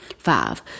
Five